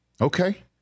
Okay